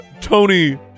Tony